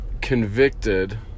convicted